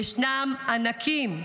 וישנם ענקים,